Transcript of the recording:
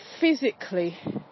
physically